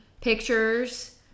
pictures